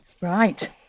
right